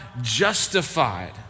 justified